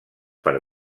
per